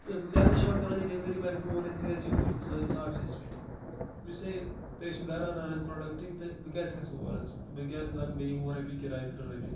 تہٕ مےٚ ہسا چھُ وۄنۍ کران یہِ ڈیٚلؤری بھاے فون ہے ژٕ یہِ حظ یوٗرۍ سٲنِس آفَسَس پٮ۪ٹھ مےٚ ووٚنُس ہے تُہۍ ٲسوٕ گھرٕ اَنان حظ پرٛوڈَکٹہٕ تہٕ بہٕ کیٛازِ کھَسہٕ اور حظ بہٕ کیٛاز لاگہٕ بیٚیہِ وُہ رۄپیہِ کرایہِ تٕرٛہ رۄپیہِ